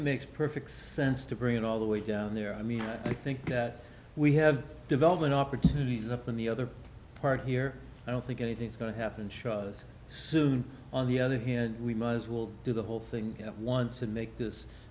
it makes perfect sense to bring it all the way down there i mean i think that we have development opportunities up in the other part here i don't think anything's going to happen show us soon on the other hand we must will do the whole thing at once and make this